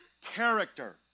character